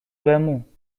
بمون